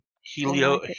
Helio